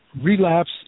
relapse